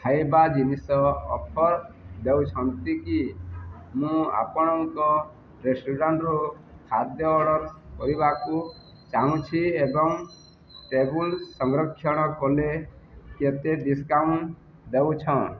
ଖାଇବା ଜିନିଷ ଅଫର୍ ଦେଉଛନ୍ତି କି ମୁଁ ଆପଣଙ୍କ ରେଷ୍ଟୁରାଣ୍ଟରୁ ଖାଦ୍ୟ ଅର୍ଡ଼ର୍ କରିବାକୁ ଚାହୁଁଛି ଏବଂ ଟେବୁଲ୍ ସଂରକ୍ଷଣ କଲେ କେତେ ଡିସ୍କାଉଣ୍ଟ ଦେଉଛନ୍